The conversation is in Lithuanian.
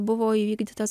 buvo įvykdytas